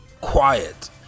quiet